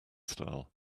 style